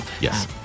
Yes